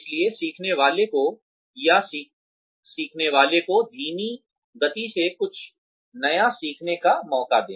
इसलिए सीखने वाले को या सीखने वाले कोधीमी गति से कुछ नया सीखने का मौका दे